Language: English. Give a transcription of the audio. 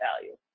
value